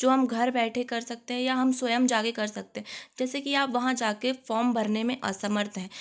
जो हम घर बैठे कर सकते हैं या हम स्वयं जा कर कर सकते हैं जैसे कि आप वहाँ जा कर फॉर्म भरने में असमर्थ हैं